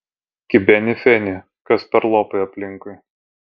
kibeni feni kas per lopai aplinkui